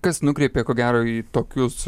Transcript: kas nukreipė ko gero į tokius